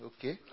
Okay